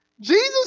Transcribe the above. Jesus